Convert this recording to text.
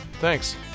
thanks